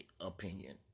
opinion